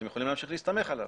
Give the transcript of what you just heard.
אתם יכולים להמשיך להסתמך עליו.